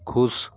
खुश